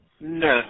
No